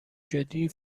شدی